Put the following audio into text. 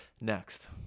Next